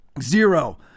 zero